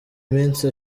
minsi